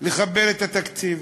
לחבר את התקציב.